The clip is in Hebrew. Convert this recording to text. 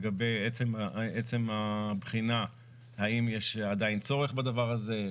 לגבי עצם הבחינה האם יש עדיין צורך בדבר הזה,